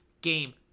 game